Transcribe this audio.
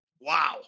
Wow